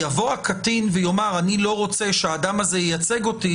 יבוא הקטין ויאמר שהוא לא רוצה שהאדם הזה ייצג אותו,